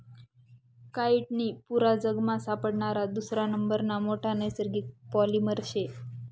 chitin पुरा जगमा सापडणारा दुसरा नंबरना मोठा नैसर्गिक पॉलिमर शे